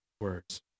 words